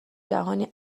جهانی